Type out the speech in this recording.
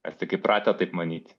mes tik įpratę taip manyti